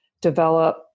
develop